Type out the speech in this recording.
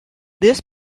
this